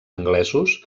anglesos